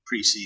preseason